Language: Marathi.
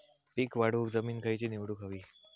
पीक वाढवूक जमीन खैची निवडुक हवी?